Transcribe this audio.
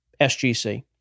SGC